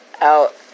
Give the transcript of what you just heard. out